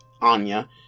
Anya